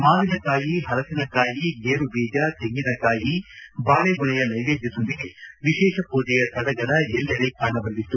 ಮಾವಿನ ಕಾಯಿ ಹಲಸಿನ ಕಾಯಿ ಗೇರು ಬೀಜ ತೆಂಗಿನ ಕಾಯಿ ಬಾಳಿಗೊನೆಯ ನೈವೇದ್ದದೊಂದಿಗೆ ವಿಶೇಷ ಪೂಜೆಯ ಸಡಗರ ಎಲ್ಲೆಡೆ ಕಾಣಬಂದಿತ್ತು